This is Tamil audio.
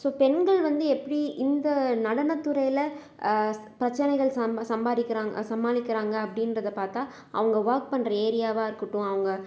ஸோ பெண்கள் வந்து எப்படி இந்த நடன துறையில் பிரச்சனைகள் சம் சம்பாதிக்குறாங் சமாளிக்கிறாங்க அப்படின்றதா பார்த்த அவங்க ஒர்க் பண்ணுற ஏரியாவாக இருக்கட்டும் அவங்க